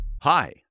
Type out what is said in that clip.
Hi